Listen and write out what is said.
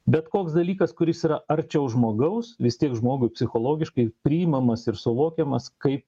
bet koks dalykas kuris yra arčiau žmogaus vis tiek žmogui psichologiškai priimamas ir suvokiamas kaip